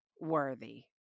worthy